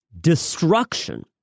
destruction